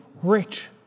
rich